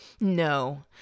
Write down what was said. no